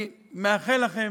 אני מאחל לכם